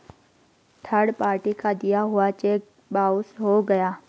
third party का दिया हुआ चेक बाउंस हो गया